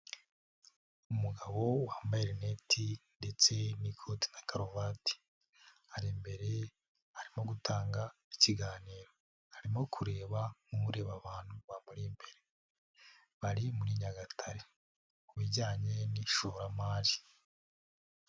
Umugabo wambaye rineti ndetse n'ikoti na karuvati, arirembere, arimo gutanga ikiganiro, arimo kureba nk'ureba abantu bamuri imbere, bari muri Nyagatare ku bijyanye n'ishoramari.